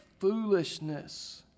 foolishness